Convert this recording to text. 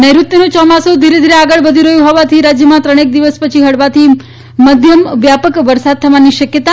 નૈઋત્યનું ચોમાસુ ધીરે ધીરે આગળ વધી રહ્યું હોવાથી રાજ્યમાં ત્રણેક દિવસ પછી હળવાથી મધ્યમ વ્યાપક વરસાદ થવાની શક્યતા